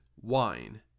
wine